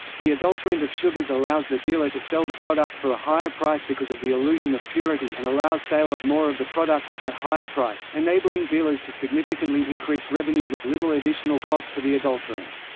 the adulterant of sugars allows the dealer to sell the product for a higher price because of the illusion of purity and allows sale of more of the product at that higher price, enabling dealers to significantly increase revenue with little additional cost for the adulterants.